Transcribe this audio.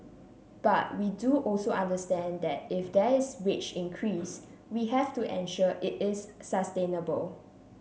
but we do also understand that if there is wage increase we have to ensure it is sustainable